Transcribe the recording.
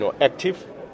active